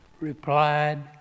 replied